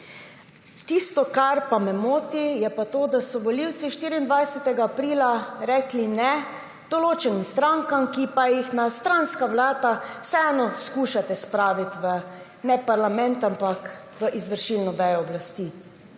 Tisto, kar pa me moti, je pa to, da so volivci 24. aprila rekli ne določenim strankam, ki pa jih na stranska vrata vseeno skušate spraviti ne v parlament, ampak v izvršilno vejo oblasti.